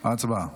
הצבעה.